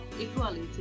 equality